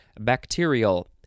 bacterial